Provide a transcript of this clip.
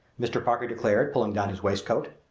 mr. parker declared, pulling down his waistcoat.